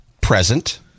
Present